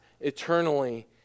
eternally